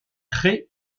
très